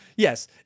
Yes